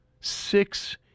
Six